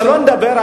שלא נדבר,